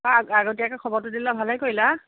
আগতীয়াকৈ খবৰটো দিলা ভালেই কৰিলা